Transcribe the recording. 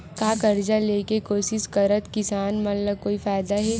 का कर्जा ले के कोशिश करात किसान मन ला कोई फायदा हे?